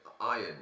iron